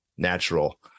Natural